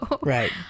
Right